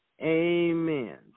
Amen